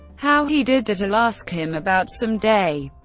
how he did that, i'll ask him about some day.